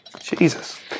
Jesus